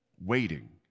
waiting